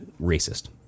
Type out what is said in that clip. racist